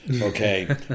okay